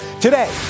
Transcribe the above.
Today